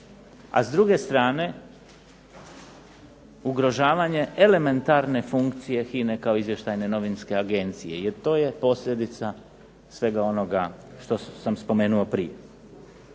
a s druge strane ugrožavanje elementarne funkcije HINA-e kao izvještajne novinske agencije, jer to je posljedica svega onoga što sam spomenuo prije.